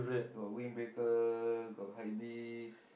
got windbreaker got hype beast